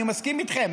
אני מסכים איתכם,